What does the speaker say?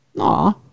Aw